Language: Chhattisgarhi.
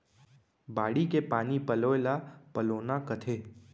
बाड़ी के पानी पलोय ल पलोना कथें